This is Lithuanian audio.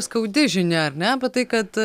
skaudi žinia ar ne apie tai kad